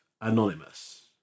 Anonymous